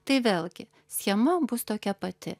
tai vėlgi schema bus tokia pati